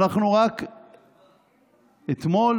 רק אתמול